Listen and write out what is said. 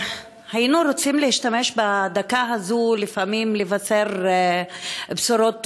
היינו רוצים להשתמש בדקה הזאת לפעמים לבשר בשורות טובות,